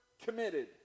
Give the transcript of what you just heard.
committed